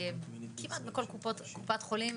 כמעט בכל קופת חולים,